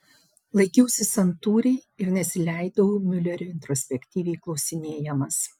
laikiausi santūriai ir nesileidau miulerio introspektyviai klausinėjamas